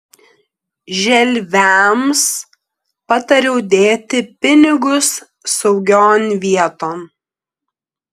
želviams patariau dėti pinigus saugion vieton